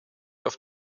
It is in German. auf